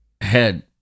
head